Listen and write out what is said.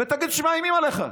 ותגיד שמאיימים עליך.